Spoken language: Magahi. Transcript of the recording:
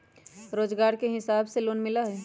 रोजगार के हिसाब से लोन मिलहई?